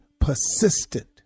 persistent